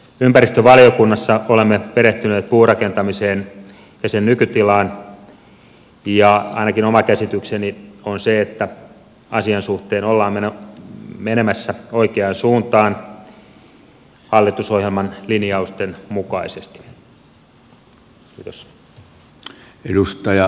ympäristövaliokunnassa olemme perehtyneet puurakentamiseen ja sen nykytilaan ja ainakin oma käsitykseni on se että asian suhteen ollaan menemässä oikeaan suuntaan hallitusohjelman linjausten mukaisesti